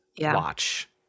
Watch